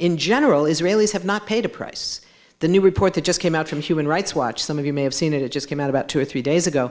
in general israelis have not paid a price the new report that just came out from human rights watch some of you may have seen it it just came out about two or three days ago